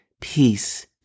peace